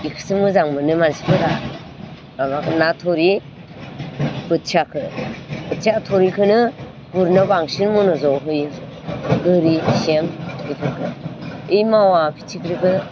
बिखौसो मोजां मोनो मानसिफोरा माबाखौ ना थुरि बोथियाखौ बोथिया थुरिखौनो गुरनो बांसिन मन'ज'ग होयो गोरि सें बेफोरखौ बे मावा फिथिख्रिखौ